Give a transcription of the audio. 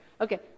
Okay